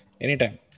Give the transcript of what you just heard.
Anytime